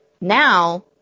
Now